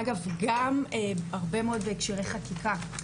אגב גם הרבה מאוד בהקשרי חקיקה.